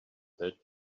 that